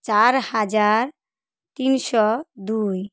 চার হাজার তিনশো দুই